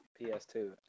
PS2